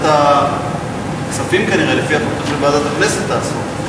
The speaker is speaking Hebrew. תתייעץ עם הסובבים אותך, תתייעץ חבר הכנסת חסון.